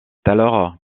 alors